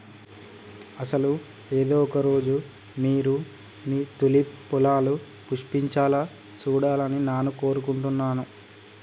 అసలు ఏదో ఒక రోజు మీరు మీ తూలిప్ పొలాలు పుష్పించాలా సూడాలని నాను కోరుకుంటున్నాను